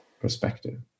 perspective